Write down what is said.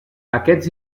aquests